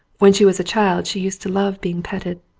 when she was a child she used to love being petted.